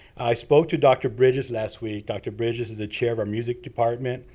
i spoke to doctor bridges last week. doctor bridges is the chair of our music department.